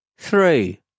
Three